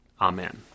Amen